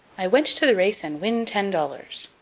i went to the race and win ten dollars.